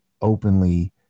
openly